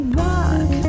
walk